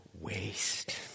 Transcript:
waste